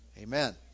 Amen